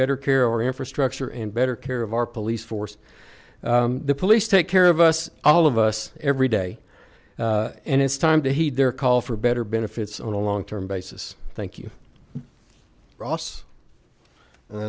better care or infrastructure in better care of our police force the police take care of us all of us every day and it's time to heed their call for better benefits on a long term basis thank you ross and